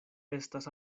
estas